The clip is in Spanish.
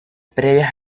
previas